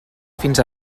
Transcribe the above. fins